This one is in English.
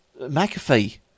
McAfee